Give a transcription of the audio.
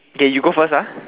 K you go first ah